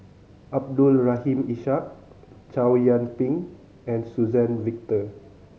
Abdul Rahim Ishak Chow Yian Ping and Suzann Victor